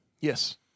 Yes